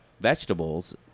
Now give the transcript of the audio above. vegetables